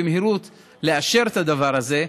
לאשר במהירות את הדבר הזה,